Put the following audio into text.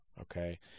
Okay